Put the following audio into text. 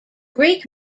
greek